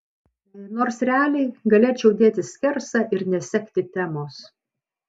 nors realiai galėčiau dėti skersą ir nesekti temos